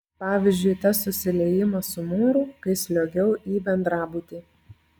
pavyzdžiui tas susiliejimas su mūru kai sliuogiau į bendrabutį